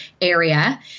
area